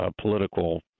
political